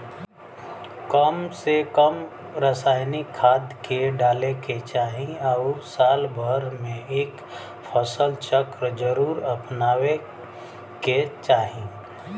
कम से कम रासायनिक खाद के डाले के चाही आउर साल भर में एक फसल चक्र जरुर अपनावे के चाही